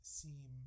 seem